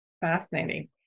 Fascinating